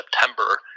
September